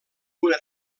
una